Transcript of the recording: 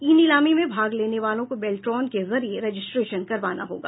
ई नीलामी में भाग लेने वालों को बेल्ट्रॉन के जरिए रजिस्ट्रेशन करवाना होगा